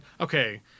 okay